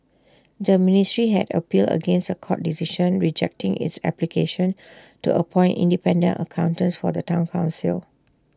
the ministry had appealed against A court decision rejecting its application to appoint independent accountants for the Town Council